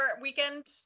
weekend